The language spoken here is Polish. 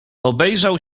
obejrzał